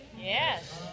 Yes